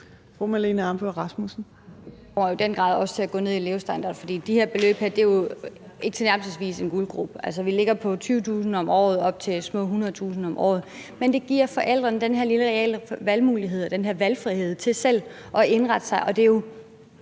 De kommer i den grad også til at gå ned i levestandard, for de beløb her er jo ikke tilnærmelsesvis nogen guldgrube. Vi ligger mellem 20.000 kr. om året og op til små 100.000 kr. om året. Men det giver forældrene den her reelle valgfrihed til selv at indrette sig, som de vil.